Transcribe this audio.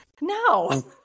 No